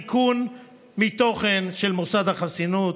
ריקון מתוכן של מוסד החסינות,